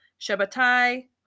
Shabbatai